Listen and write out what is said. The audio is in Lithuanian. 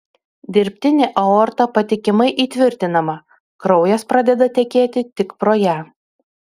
dirbtinė aorta patikimai įtvirtinama kraujas pradeda tekėti tik pro ją